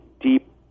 deep